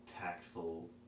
tactful